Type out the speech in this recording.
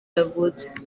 yavutse